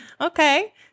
okay